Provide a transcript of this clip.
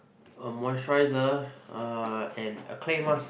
a moisturiser uh and a clay mask